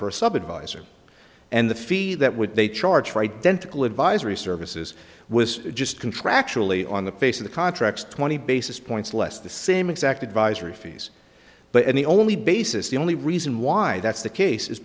advisor and the fee that would they charge for identical advisory services was just contractually on the face of the contracts twenty basis points less the same exact advisory fees but and the only basis the only reason why that's the case is